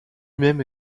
même